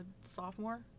sophomore